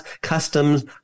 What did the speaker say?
customs